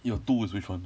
your two is which one